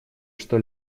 что